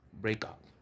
breakup